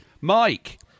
Mike